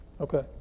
Okay